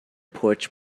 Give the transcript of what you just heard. porch